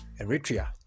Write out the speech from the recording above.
Eritrea